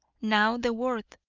now, the word.